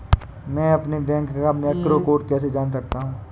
मैं अपने बैंक का मैक्रो कोड कैसे जान सकता हूँ?